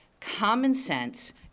common-sense